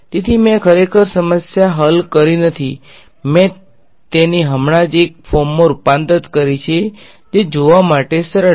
તેથી મેં ખરેખર સમસ્યા હલ કરી નથી મેં તેને હમણાં જ એક ફોર્મમાં રૂપાંતરિત કરી છે જે જોવા માટે સરળ છે